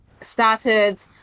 started